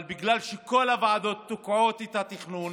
אבל בגלל שכל הוועדות תוקעות את התכנון,